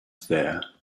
there